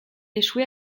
échoué